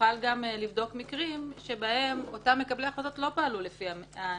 שיוכל לבדוק מקרים בהם אותם מקבלי החלטות לא פעלו לפי הנהלים.